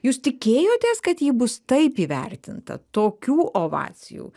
jūs tikėjotės kad ji bus taip įvertinta tokių ovacijų